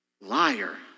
liar